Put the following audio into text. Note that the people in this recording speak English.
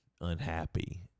unhappy